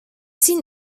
seen